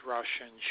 Russian